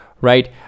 right